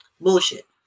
Bullshit